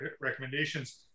recommendations